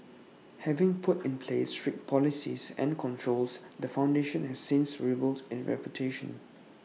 having put in place strict policies and controls the foundation has since rebuilt its reputation